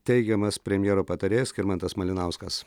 teigiamas premjero patarėjas skirmantas malinauskas